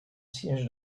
siège